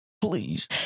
Please